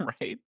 Right